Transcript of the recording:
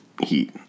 heat